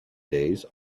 days